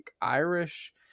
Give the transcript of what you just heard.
Irish